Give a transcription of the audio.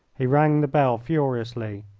he rang the bell furiously.